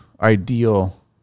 ideal